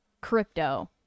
crypto